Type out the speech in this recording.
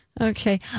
Okay